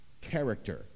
character